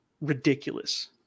ridiculous